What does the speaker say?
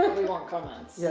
want comments. yeah